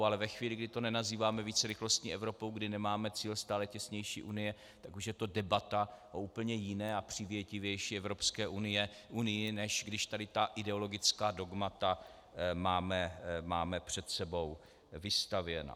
Ale ve chvíli, kdy to nenazýváme vícerychlostní Evropou, kdy nemáme cíl stále těsnější Unie, tak už je to debata o úplně jiné a přívětivější Evropské unii, než když tady ta ideologická dogmata máme před sebou vystavěna.